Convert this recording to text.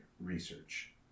research